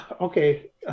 okay